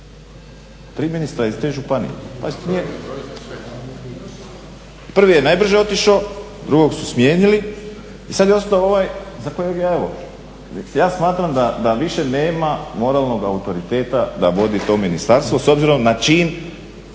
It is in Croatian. tri ministra iz te županije. Prvi je najbrže otišao, drugog su smijenili i sad je ostao ovaj za kojeg ja smatram da više nema moralnog autoriteta da vodi to ministarstvo s obzirom na čin